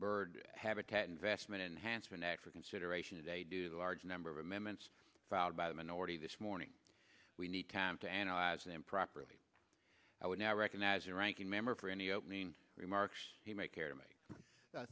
bird habitat investment enhancement extra consideration today due to the large number of amendments filed by the minority this morning we need time to analyze them properly i would now recognize the ranking member for any opening remarks you may care to m